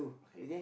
okay